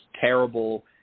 terrible